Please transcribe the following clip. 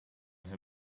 her